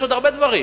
ויש עוד הרבה דברים,